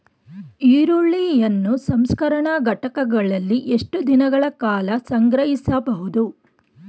ಈರುಳ್ಳಿಯನ್ನು ಸಂಸ್ಕರಣಾ ಘಟಕಗಳಲ್ಲಿ ಎಷ್ಟು ದಿನಗಳ ಕಾಲ ಸಂಗ್ರಹಿಸಬಹುದು?